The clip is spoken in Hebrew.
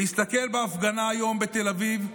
להסתכל בהפגנה היום בתל אביב,